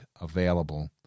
available